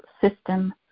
system